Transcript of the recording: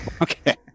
Okay